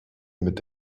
mit